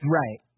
right